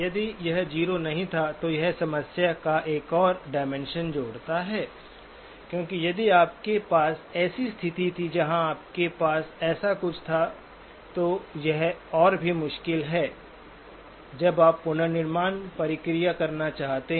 यदि यह 0 नहीं था तो यह समस्या का एक और डायमेंशन जोड़ता है क्योंकि यदि आपके पास ऐसी स्थिति थी जहां आपके पास ऐसा कुछ था तो यह और भी मुश्किल है जब आप पुनर्निर्माण प्रक्रिया करना चाहते हैं